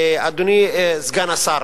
אדוני סגן השר,